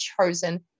chosen